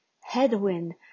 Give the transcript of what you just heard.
Headwind